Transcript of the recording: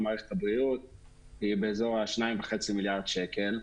מערכת הבריאות היא בערך 2.5 מיליארד שקל.